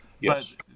Yes